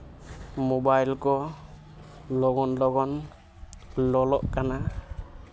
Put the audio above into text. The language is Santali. ᱢᱳᱵᱟᱭᱤᱞ ᱠᱚ ᱞᱚᱜᱚᱱ ᱞᱚᱜᱚᱱ ᱞᱚᱞᱚᱜ ᱠᱟᱱᱟ